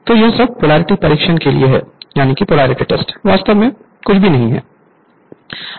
तो यह सब पोलैरिटी परीक्षण के लिए है वास्तव में कुछ भी नहीं है